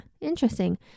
interesting